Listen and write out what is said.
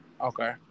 Okay